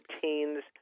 teens